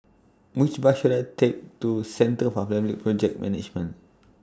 Which Bus should I Take to Centre For Public Project Management